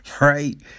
right